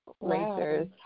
racers